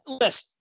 Listen